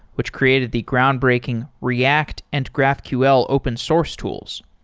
which created the groundbreaking react and graphql open source tools.